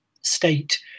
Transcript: state